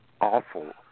awful